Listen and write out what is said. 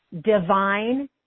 divine